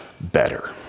better